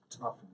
tough